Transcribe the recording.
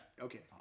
Okay